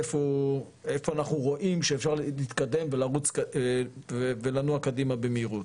איפה אנחנו רואים שאפשר להתקדם ולנוע קדימה במהירות.